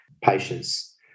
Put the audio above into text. patients